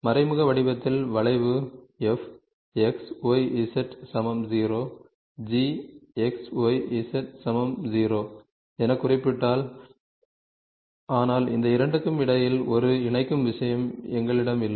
மறைமுக வடிவத்தில் வளைவு f x y z 0 g x y z 0 எனக் குறிப்பிடப்பட்டால் ஆனால் இந்த இரண்டிற்கும் இடையில் ஒரு இணைக்கும் விஷயம் எங்களிடம் இல்லை